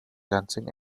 lansing